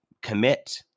commit